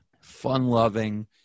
fun-loving